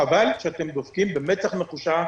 חבל שאתם דופקים את החקלאים במצח נחושה.